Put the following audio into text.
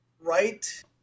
right